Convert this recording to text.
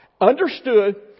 understood